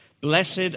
Blessed